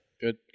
Good